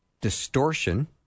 distortion